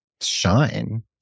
shine